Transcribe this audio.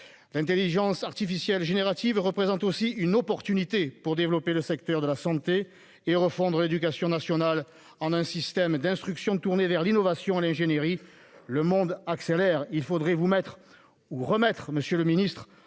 L'intelligence artificielle générative représente aussi une occasion de développer le secteur de la santé et de refondre l'éducation nationale en un système d'instruction tourné vers l'innovation et l'ingénierie. Le monde accélère. Monsieur le ministre,